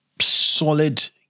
solid